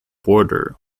border